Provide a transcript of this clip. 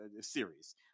series